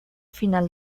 final